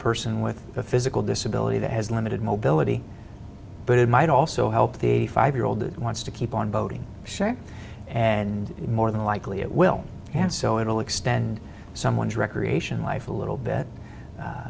person with a physical disability that has limited mobility but it might also help the eighty five year old that wants to keep on boating share and more than likely it will and so it will extend someone's recreation life a little bit a